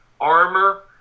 armor